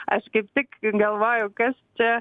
aš kaip tik galvojau kas čia